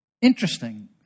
Interesting